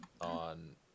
on